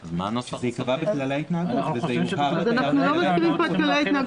אז אנחנו לא מזכירים פה את כללי ההתנהגות,